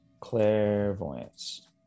clairvoyance